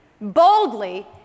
boldly